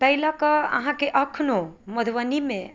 तैं लअ कऽ अहाँके एखनो मधुबनीमे